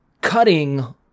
cutting